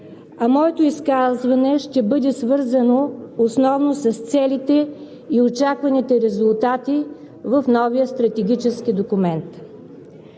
а моето изказване ще бъде свързано основно с целите и очакваните резултати в новия стратегически документ.